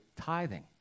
tithing